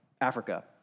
Africa